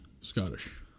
Scottish